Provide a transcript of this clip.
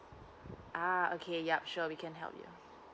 ah okay yup sure we can help